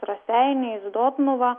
raseiniais dotnuva